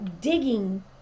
digging